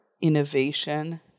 innovation